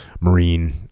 Marine